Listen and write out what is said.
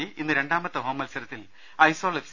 C ഇന്ന് രണ്ടാമത്തെ ഹോംമത്സരത്തിൽ ഐസ്വാൾ എഫ്